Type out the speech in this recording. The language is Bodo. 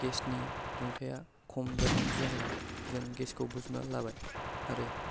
गेसनि दुंथाया खम जानायनि जाहोनाव जों गेसखौ बोजबनानै लाबाय आरो